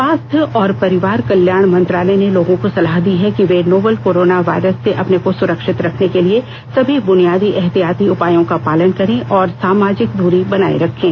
स्वास्थ्य और परिवार कल्याण मंत्रालय ने लोगों को सलाह दी है कि वे नोवल कोरोना वायरस से अपने को सुरक्षित रखने के लिए सभी बुनियादी एहतियाती उपायों का पालन करें और सामाजिक दूरी बनाए रखें